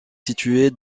située